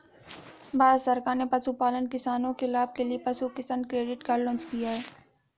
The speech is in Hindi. भारत सरकार ने पशुपालन किसानों के लाभ के लिए पशु किसान क्रेडिट कार्ड लॉन्च किया